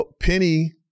Penny